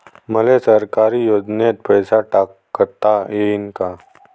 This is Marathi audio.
मले सरकारी योजतेन पैसा टाकता येईन काय?